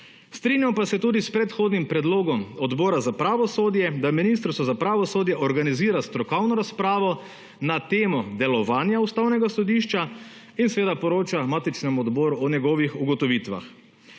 Strinjam pa se tudi s predhodnim predlogom Odbora za pravosodje, da Ministrstvo za pravosodje organizira strokovno razpravo na temo delovanja Ustavnega sodišča in poroča matičnemu odboru o njegovih ugotovitvah.